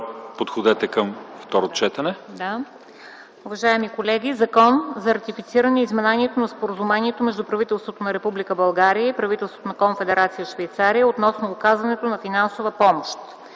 подходете към второ четене.